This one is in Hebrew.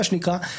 מה שנקרא,